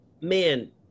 man